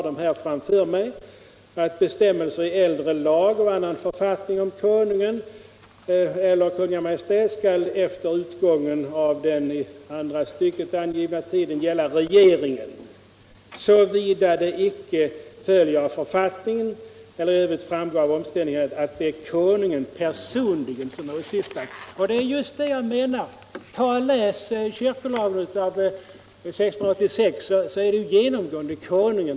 Där står: ”Bestämmelser i äldre lag eller annan författning om Konungen eller Kungl. Maj:t skall efter utgången av den i 2 § första stycket angivna tiden gälla regeringen, såvida det icke följer av författning eller i övrigt framgår av omständigheterna att Konungen personligen, högsta domstolen, regeringsrätten eller kammarrätt åsyftas.” Det är just detta jag menar. I kyrkolagen av 1686 talas det genomgående om Konungen.